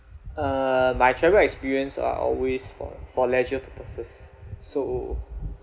uh my travel experience are always for for leisure purposes so